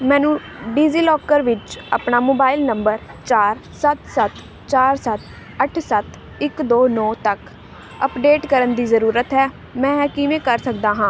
ਮੈਨੂੰ ਡਿਜੀਲਾਕਰ ਵਿੱਚ ਆਪਣਾ ਮੋਬਾਈਲ ਨੰਬਰ ਚਾਰ ਸੱਤ ਸੱਤ ਚਾਰ ਸੱਤ ਅੱਠ ਸੱਤ ਇੱਕ ਦੋ ਨੌਂ ਤੱਕ ਅੱਪਡੇਟ ਕਰਨ ਦੀ ਜ਼ਰੂਰਤ ਹੈ ਮੈਂ ਇਹ ਕਿਵੇਂ ਕਰ ਸਕਦਾ ਹਾਂ